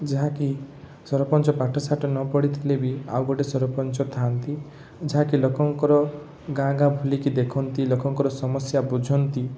ଯାହାକି ସରପଞ୍ଚ ପାଠ ସାଠ ନ ପଢ଼ିଥିଲେ ବି ଆଉ ଗୋଟେ ସରପଞ୍ଚ ଥାଆନ୍ତି ଯାହାକି ଲୋକଙ୍କର ଗାଁ ଗାଁ ବୁଲିକି ଦେଖନ୍ତି ଲୋକଙ୍କର ସମସ୍ୟା ବୁଝନ୍ତି